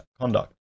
conduct